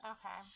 Okay